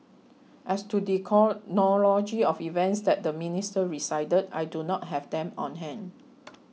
as to the chronology of events that the minister recited I do not have them on hand